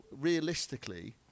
Realistically